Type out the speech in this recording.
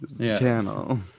Channel